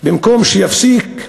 במקום שיפסיק,